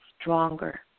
stronger